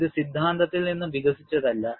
ഇത് സിദ്ധാന്തത്തിൽ നിന്ന് വികസിച്ചതല്ല